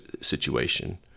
situation